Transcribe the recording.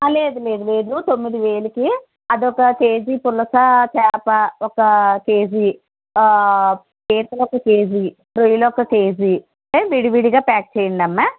లేదు లేదు లేదు తొమ్మిది వేలుకి అదొక కేజీ పులస చేప ఒక కేజీ పీతలు ఒక కేజీ రొయ్యలు ఒక కేజీ విడి విడిగా ప్యాక్ చేయండమ్మ